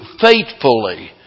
Faithfully